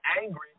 angry